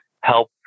help